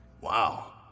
Wow